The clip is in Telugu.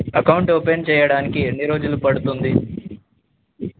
అకౌంట్ ఓపెన్ చేయడానికి ఎన్ని రోజులు పడుతుంది